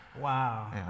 wow